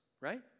right